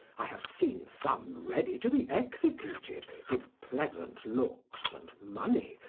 i have seen some ready to be executed, give pleasant looks, and money,